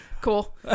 Cool